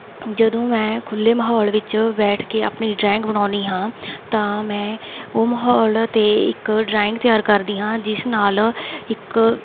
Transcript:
ਜਦੋਂ ਮੈਂ ਖੁੱਲ੍ਹੇ ਮਾਹੌਲ ਵਿੱਚ ਬੈਠ ਕੇ ਆਪਣੀ ਡਰਾਇੰਗ ਬਨਾਉਂਦੀ ਹਾਂ ਤਾਂ ਮੈਂ ਉਹ ਮਾਹੌਲ 'ਤੇ ਇੱਕ ਡਰਾਇੰਗ ਤਿਆਰ ਕਰਦੀ ਹਾਂ ਜਿਸ ਨਾਲ ਇੱਕ